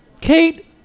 Kate